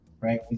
right